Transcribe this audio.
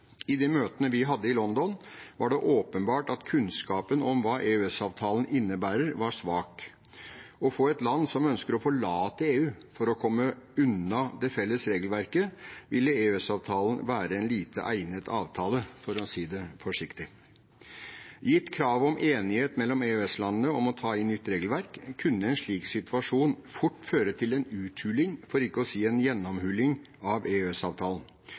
I de møtene vi hadde i London, var det åpenbart at kunnskapen om hva EØS-avtalen innebærer, var svak. For et land som ønsker å forlate EU for å komme unna det felles regelverket, ville EØS-avtalen være en lite egnet avtale, for å si det forsiktig. Gitt kravet om enighet mellom EØS-landene om å ta inn nytt regelverk kunne en slik situasjon fort føre til en uthuling, for ikke å si gjennomhulling, av